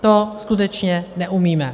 To skutečně neumíme.